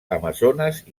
amazones